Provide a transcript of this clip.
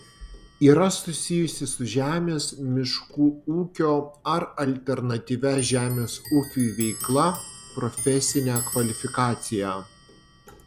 yra susijusi su žemės miškų ūkio ar alternatyvia žemės ūkiui veikla profesinę kvalifikaciją